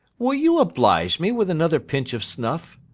will you oblige me with another pinch of snuff?